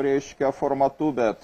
reiškia formatu bet